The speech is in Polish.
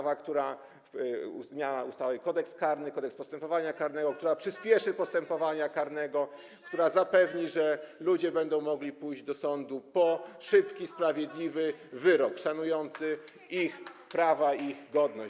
Chodzi o zmianę ustaw Kodeks karny, Kodeks postępowania karnego, która przyspieszy postępowania karne, która zapewni, że ludzie będą mogli pójść do sądu po szybki, sprawiedliwy wyrok, szanujący ich prawa i ich godność.